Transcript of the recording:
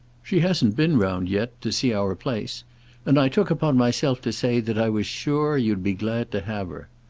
she hasn't been round yet to see our place and i took upon myself to say that i was sure you'd be glad to have her.